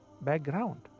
background